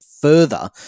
further